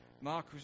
Mark